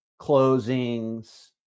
closings